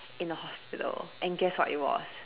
in the hospital and guess what it was